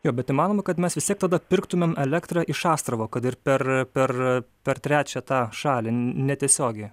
jo bet įmanoma kad mes vis tiek tada pirktumėm elektrą iš astravo kad ir per per per trečią tą šalį netiesiogiai